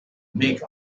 make